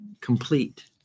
Complete